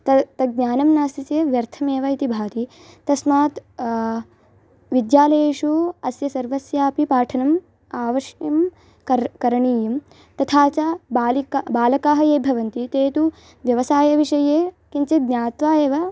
तद् तज्ञ्ज्ञानं नास्ति चेत् व्यर्थमेव इति भाति तस्मात् विद्यालयेषु अस्य सर्वस्यापि पाठनम् अवश्यं कर्तुं करणीयं तथा च बालिकाः बालकाः ये भवन्ति ते तु व्यसायविषये किञ्चित् ज्ञात्वा एव